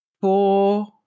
four